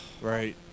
Right